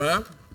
מה עם "הדסה"?